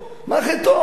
מה חטאו?